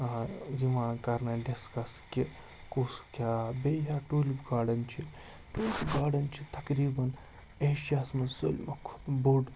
یِوان کَرنہٕ ڈِسکَس کہِ کُس کیٛاہ بیٚیہِ یا ٹوٗلِپ گاڈَن چھِ ٹوٗلِپ گاڈَن چھِ تَقریباً ایشیاہَس منٛز سٲلِمو کھۄتہٕ بوٚڑ